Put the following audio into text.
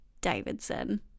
Davidson